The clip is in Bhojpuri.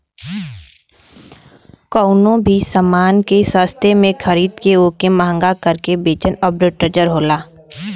कउनो भी समान के सस्ते में खरीद के वोके महंगा करके बेचना आर्बिट्रेज होला